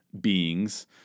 beings